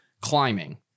Climbing